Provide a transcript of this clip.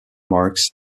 marks